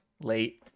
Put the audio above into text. late